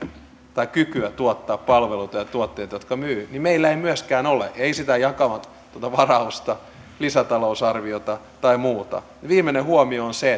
tai kykyä tuottaa palveluita ja tuotteita jotka myyvät niin meillä ei myöskään ole sitä jakamatonta varausta lisätalousarviota tai muuta viimeinen huomio on se